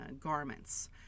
garments